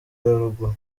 haruguru